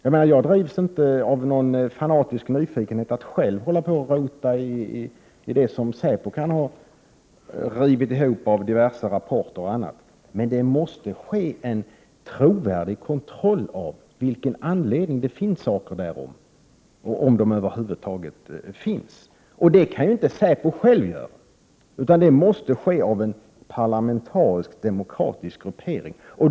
Jag drivs inte av någon fanatisk nyfikenhet att själv hålla på och rota i det som säpo kan ha rivit ihop av diverse rapporter och annat, men en trovärdig kontroll måste ske av anledningen till att det finns uppgifter och om det över huvud taget finns uppgifter hos säpo om dessa personer. Denna kontroll kan naturligtvis inte säpo själv göra, utan den måste utföras av en parlamentarisk demokratisk gruppering.